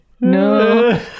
no